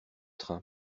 train